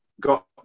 got